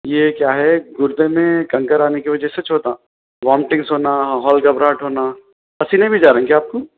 یہ کیا ہے گردے میں کنکر آنے کی وجہ سیچ ہوتا وومیٹنگس ہونا ہول گھبراہٹ ہونا پسینے بھی جا رہے ہیں کیا آپ کو